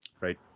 Right